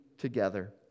together